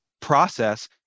process